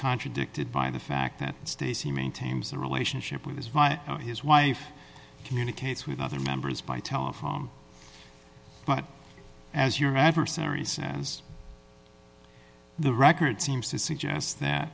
contradicted by the fact that stacy maintains the relationship with his via his wife communicates with other members by telephone but as your adversary says the record seems to suggest that